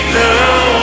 now